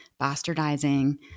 bastardizing